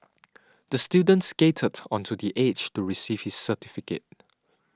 the student skated onto the stage to receive his certificate